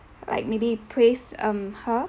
like maybe praise um her